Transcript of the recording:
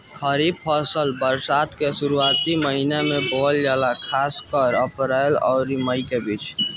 खरीफ फसल बरसात के शुरूआती मौसम में बोवल जाला खासकर अप्रैल आउर मई के बीच में